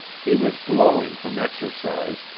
he was glowing from exercise,